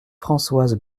françoise